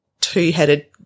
two-headed